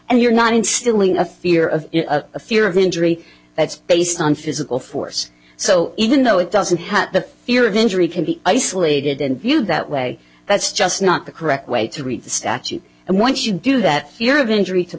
and you're not instilling a fear of a fear of injury that's based on physical force so even though it doesn't have the fear of injury can be isolated and viewed that way that's just not the correct way to read the statute and why if you do that fear of injury to